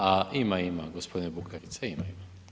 A ima, ima gospodine Bukarica, ima, ima.